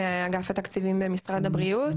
מאגף התקציבים במשרד הבריאות.